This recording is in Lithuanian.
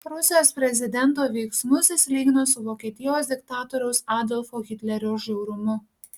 rusijos prezidento veiksmus jis lygino su vokietijos diktatoriaus adolfo hitlerio žiaurumu